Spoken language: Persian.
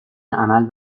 عمل